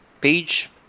page